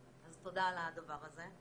אז תודה על הדבר הזה,